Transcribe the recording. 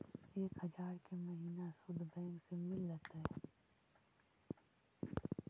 एक हजार के महिना शुद्ध बैंक से मिल तय?